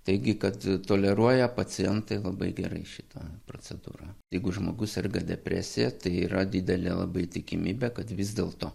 taigi kad toleruoja pacientai labai gerai šitą procedūrą jeigu žmogus serga depresija tai yra didelė labai tikimybė kad vis dėlto